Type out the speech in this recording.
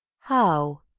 how?